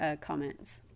comments